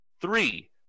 three